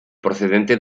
procedente